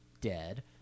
dead